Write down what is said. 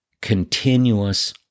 continuous